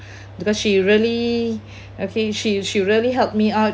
because she really okay she she really helped me out